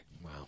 Wow